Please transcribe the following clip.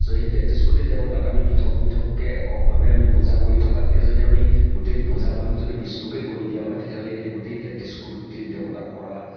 চ' সেই তেত্ৰিছ কোটি দেৱতাক আমি পৃথক পৃথককৈ এককভাৱে আমি পূজা কৰি থকাতকৈ যদি আমি গোটেই পূজাভাগ যদি বিষ্ণুকে কৰি দিয়া হয় তেতিয়াহ'লে সেই গোটেই তেত্ৰিছ কোটি দেৱতাক কৰা